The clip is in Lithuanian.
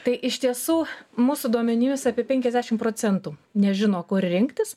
tai iš tiesų mūsų duomenims apie penkiasdešimt procentų nežino kur rinktis